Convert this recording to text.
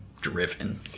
driven